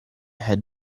head